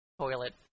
toilet